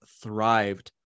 thrived